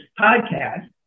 podcast